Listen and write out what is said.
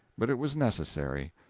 but it was necessary.